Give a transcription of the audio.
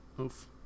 Oof